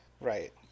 Right